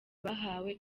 bahawe